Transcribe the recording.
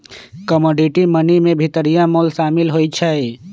commodity money में भितरिया मोल सामिल होइ छइ